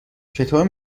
چطور